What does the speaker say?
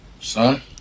Son